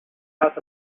out